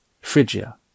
Phrygia